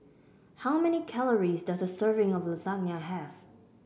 how many calories does a serving of Lasagne have